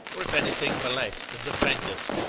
or if anything molest and offend us,